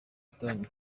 sudan